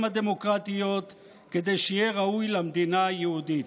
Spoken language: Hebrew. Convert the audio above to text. הדמוקרטיות כדי שיהיה ראוי למדינה היהודית.